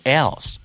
else